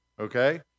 okay